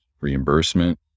reimbursement